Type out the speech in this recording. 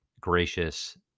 gracious